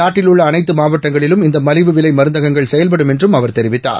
நாட்டில் உள்ள அனைத்து மாவட்டங்களிலும் இந்த மலிவு விலை மருந்தஙங்கள் செயல்படும் என்றும் அவர் தெரிவித்தார்